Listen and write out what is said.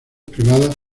privadas